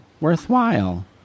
worthwhile